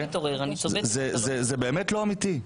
זה באמת לא אמיתי.